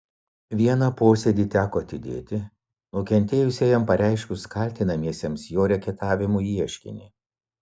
vieną posėdį teko atidėti nukentėjusiajam pareiškus kaltinamiesiems jo reketavimu ieškinį